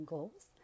Goals